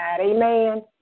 Amen